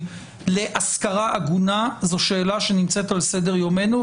להשכרה הגונה זאת שאלה שנמצאת על סדר יומנו,